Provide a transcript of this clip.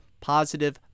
positive